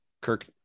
Kirk